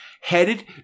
headed